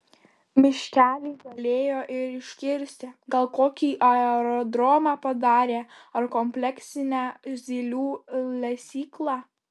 miškelį galėjo ir iškirsti gal kokį aerodromą padarė ar kompleksinę zylių lesyklą